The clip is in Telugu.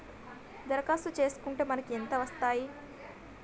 దరఖాస్తు చేస్కుంటే మనకి ఎంత వస్తాయి?